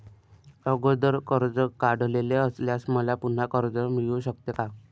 अगोदर कर्ज काढलेले असल्यास मला पुन्हा कर्ज मिळू शकते का?